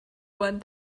one